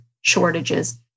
shortages